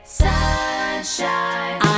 sunshine